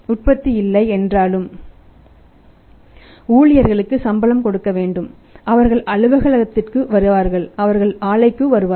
உற்பத்தி இல்லை என்றாலும் ஊழியர்களுக்கு சம்பளம் கொடுக்க வேண்டும் அவர்கள் அலுவலகத்திற்கு வருவார்கள் அவர்கள் ஆலைக்கு வருவார்கள்